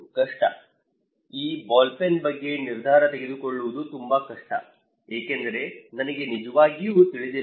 ಕಷ್ಟ ಈ ball pen ಬಗ್ಗೆ ನಿರ್ಧಾರ ತೆಗೆದುಕೊಳ್ಳುವುದು ತುಂಬಾ ಕಷ್ಟ ಏಕೆಂದರೆ ನನಗೆ ನಿಜವಾಗಿಯೂ ತಿಳಿದಿಲ್ಲ